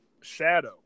shadow